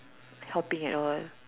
helping at all